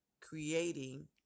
creating